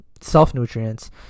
self-nutrients